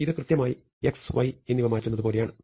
ഇത് കൃത്യമായി x y എന്നിവ മാറ്റുന്നത് പോലെയാണ്